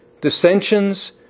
dissensions